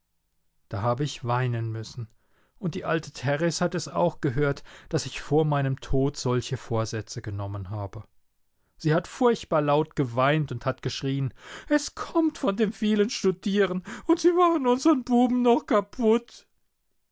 da habe ich weinen müssen und die alte theres hat es auch gehört daß ich vor meinem tod solche vorsätze genommen habe sie hat furchtbar laut geweint und hat geschrien es kommt von dem vielen studieren und sie machen unsern buben noch kaputt